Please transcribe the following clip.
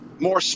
more